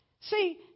See